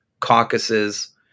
caucuses